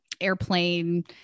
airplane